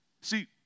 See